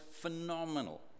phenomenal